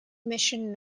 mission